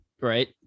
Right